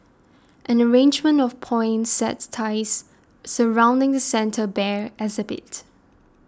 an arrangement of poinsettias surrounding the Santa Bear exhibit